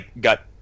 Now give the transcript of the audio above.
got